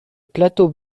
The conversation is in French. plateau